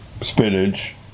spinach